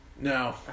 No